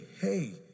hey